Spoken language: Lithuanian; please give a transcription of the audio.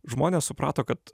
žmonės suprato kad